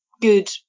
good